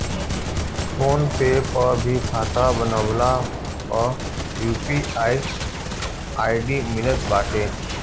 phone पे पअ भी खाता बनवला पअ यू.पी.आई आई.डी मिलत बाटे